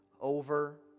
over